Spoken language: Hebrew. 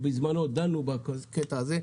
בזמנו דנו בעניין הזה,